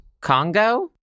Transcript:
Congo